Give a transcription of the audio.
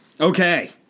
Okay